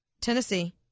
Tennessee